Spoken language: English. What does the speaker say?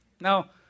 Now